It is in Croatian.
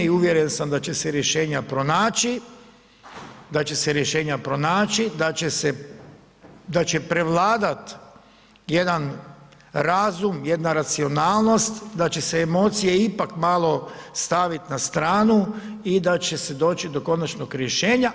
I uvjeren sam da će se rješenja pronaći, da će se rješenja pronaći, da će prevladati jedan razum, jedna racionalnost, da će se emocije ipak malo staviti na stranu i da će se doći do konačnog rješenja.